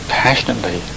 passionately